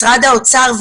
משרד האוצר,